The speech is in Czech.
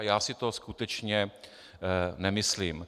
Já si to skutečně nemyslím.